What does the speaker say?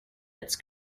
its